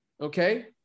Okay